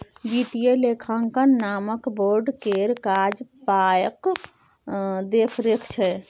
वित्तीय लेखांकन मानक बोर्ड केर काज पायक देखरेख छै